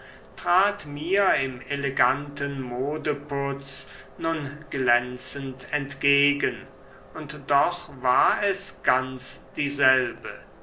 trat mir im eleganten modeputz nun glänzend entgegen und doch war es ganz dieselbe